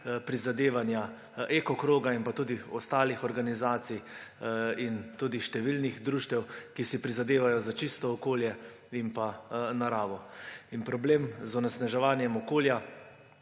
prizadevanja Eko kroga in tudi ostalih organizacij ter številnih društev, ki si prizadevajo za čisto okolje in naravo. Problema onesnaževanja okolja